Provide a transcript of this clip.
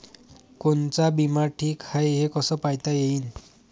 कोनचा बिमा ठीक हाय, हे कस पायता येईन?